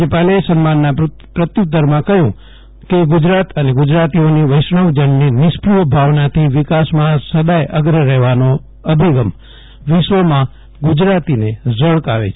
રાજ્યપાલે સન્માનના પ્રત્યુતરમાં કહ્યું કે ગુજરાત અને ગુજરાતીઓની વૈષ્ણવજનની નિસ્પૃફ ભાવનાથી વિકાસમાં સદાય અગ્રેસર રફેવાનો અભિગમ વિશ્વમાં ગુજરાતીને ઝળકાવે છે